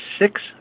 six